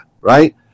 right